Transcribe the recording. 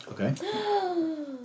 Okay